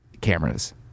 cameras